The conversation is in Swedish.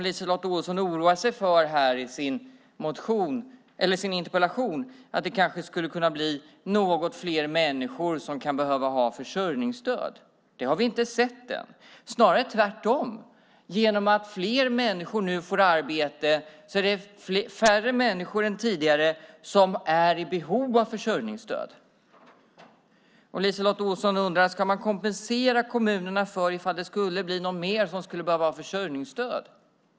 LiseLotte Olsson oroar sig i sin interpellation för att det kanske skulle kunna bli något fler människor som kan behöva försörjningsstöd. Det har vi inte sett än, snarare tvärtom. I och med att fler människor nu får arbete är det färre människor än tidigare som är i behov av försörjningsstöd. LiseLotte Olsson undrar: Ska man kompensera kommunerna om det skulle bli någon mer som skulle behöva ha försörjningsstöd?